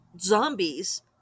zombies